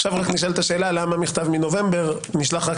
נשאלת השאלה למה מכתב מנובמבר נשלח רק